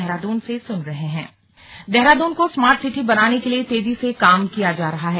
slug smart road Dehradun को smart city बनाने के लिए तेजी से काम किया जा रहा है